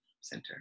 center